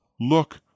Look